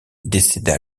décéda